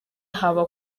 haba